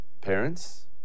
Parents